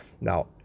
Now